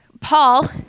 Paul